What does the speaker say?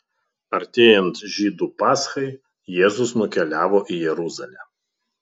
artėjant žydų paschai jėzus nukeliavo į jeruzalę